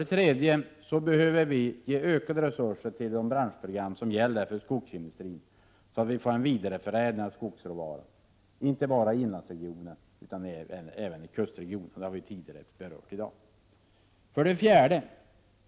Det behövs ökade resurser till de branschprogram som gäller för skogsindustrin för en vidareförädling av skogsråvaran inte bara i inlandsregionerna utan även vid kusten. Det har vi berört tidigare i dag. 4.